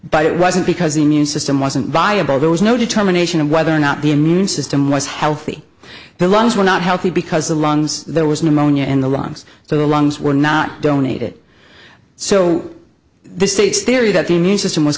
but it wasn't because the immune system wasn't viable there was no determination of whether or not the immune system was healthy the lungs were not healthy because the lungs there was an ammonia in the lungs so the lungs were not donated so the state's theory that the immune system was